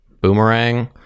boomerang